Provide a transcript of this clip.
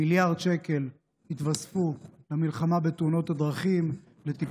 מיליארד שקל התווספו למלחמה בתאונות הדרכים,